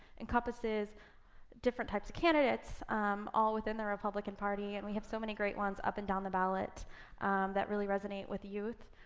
encompasses different types of candidates all within the republican party. and we have so many great ones up and down the ballot that really resonate with youth.